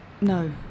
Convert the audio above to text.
No